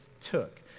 took